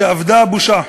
שאבדה הבושה.